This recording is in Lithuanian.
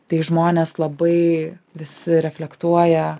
tai žmonės labai visi reflektuoja